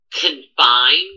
confined